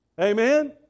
amen